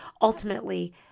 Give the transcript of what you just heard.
ultimately